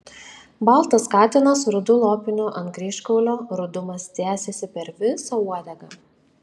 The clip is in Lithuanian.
baltas katinas su rudu lopiniu ant kryžkaulio rudumas tęsėsi per visą uodegą